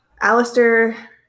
Alistair